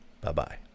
Bye-bye